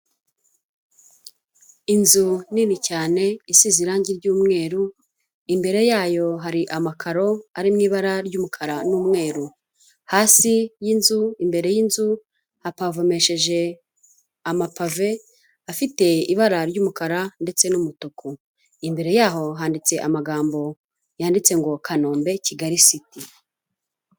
Inzu nini cyane isize irangi ry'umweru, imbere yayo hari amakaro arimo ibara ry'umukara n'umweru, hasi y'inzu imbere y'inzu hapavomesheje amapave afite ibara ry'umukara ndetse n'umutuku, imbere yaho handitse amagambo yanditse ngo Kanombe, Kigali city.